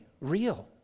real